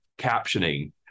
captioning